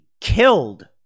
killed